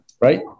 right